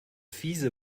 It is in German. fiese